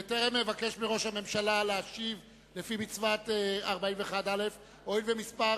בטרם אבקש מראש הממשלה להשיב לפי מצוות סעיף 49א והואיל ומספר